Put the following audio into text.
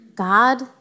God